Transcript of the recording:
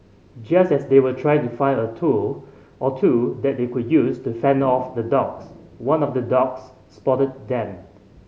just as they were trying to find a tool or two that they could use to fend off the dogs one of the dogs spotted then